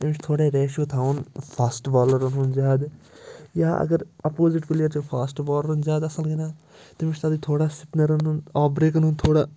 تٔمِس چھُ تھوڑا رٮ۪شو تھاوُن فاسٹ بالرَن ہُنٛد زیادٕ یا اگر اَپوزِٹ پٕلیر چھُ فاسٹ بالرَن زیادٕ اَصٕل گِنٛدان تٔم چھُ تَتٕے تھوڑا سُپنَرَن ہُنٛد آف بریٚکَن ہُنٛد تھوڑا